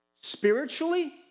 spiritually